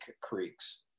Creeks